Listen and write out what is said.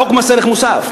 חוק מס ערך מוסף,